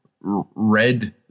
red